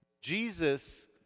Jesus